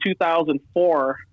2004